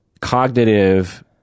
cognitive